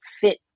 fit